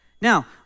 Now